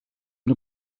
una